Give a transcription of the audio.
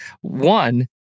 one